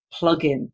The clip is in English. plugin